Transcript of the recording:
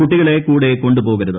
കുട്ടികളെ കൂടെ കൊണ്ട് പോകരുത്